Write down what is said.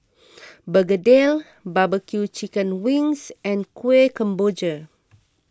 Begedil BBQ Chicken Wings and Kueh Kemboja